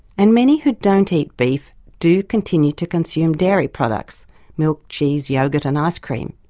and many who don't eat beef do continue to consume dairy products milk, cheese, yoghurt and ice cream,